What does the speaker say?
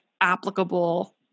applicable